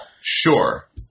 Sure